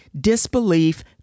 disbelief